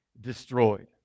destroyed